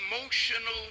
emotional